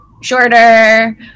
shorter